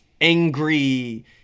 Angry